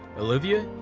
love you.